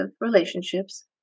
relationships